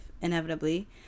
inevitably